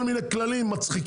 אורך וכל מיני כללים מצחיקים,